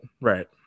Right